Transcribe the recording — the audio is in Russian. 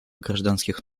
гражданских